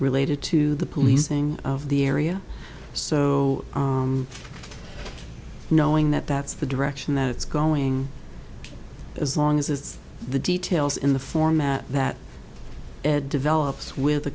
related to the policing of the area so knowing that that's the direction that it's going as long as it's the details in the format that develops with